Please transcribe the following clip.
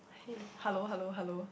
hey hello hello hello